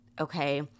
Okay